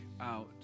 out